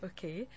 Okay